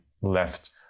left